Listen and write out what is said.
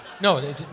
No